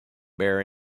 bear